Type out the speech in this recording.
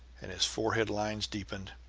and his forehead lines deepened.